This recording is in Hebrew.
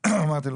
אמרתי,